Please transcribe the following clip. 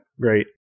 great